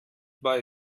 bei